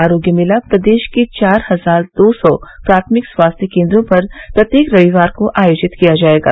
आरोग्य मेला प्रदेश के चार हजार दो सौ प्राथमिक स्वास्थ्य केन्द्रों पर प्रत्येक रविवार को आयोजित किया जाएगा